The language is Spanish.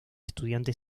estudiante